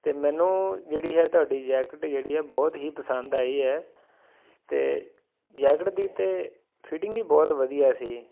ਅਤੇ ਮੈਨੂੰ ਜਿਹੜੀ ਹੈ ਤੁਹਾਡੀ ਜੈਕਟ ਜਿਹੜੀ ਹੈ ਬਹੁਤ ਹੀ ਪਸੰਦ ਆਈ ਹੈ ਅਤੇ ਜੈਕਟ ਦੀ ਤਾਂ ਫਿਟਿੰਗ ਹੀ ਬਹੁਤ ਵਧੀਆ ਸੀ